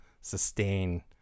sustain